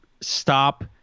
stop